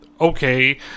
okay